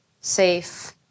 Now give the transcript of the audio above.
safe